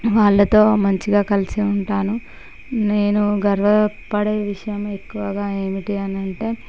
వాళ్ళతో మంచిగా కలిసి ఉంటాను నేను గర్వపడే విషయం ఎక్కువగా ఏమిటి అనంటే